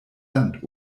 land